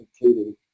including